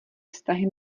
vztahy